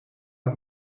het